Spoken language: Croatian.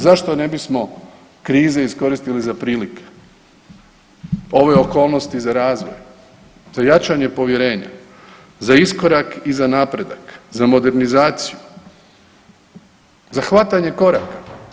Zašto ne bismo krizu iskoristili za prilike, ove okolnosti za razvoj, za jačanje povjerenja, za iskorak i za napredak, za modernizaciju, za hvatanje koraka.